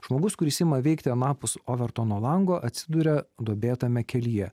žmogus kuris ima veikti anapus overtono lango atsiduria duobėtame kelyje